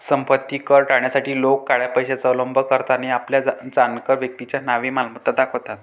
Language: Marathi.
संपत्ती कर टाळण्यासाठी लोक काळ्या पैशाचा अवलंब करतात आणि आपल्या जाणकार व्यक्तीच्या नावे मालमत्ता दाखवतात